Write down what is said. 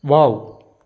wow